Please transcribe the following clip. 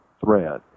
thread